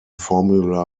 formula